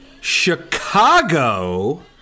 Chicago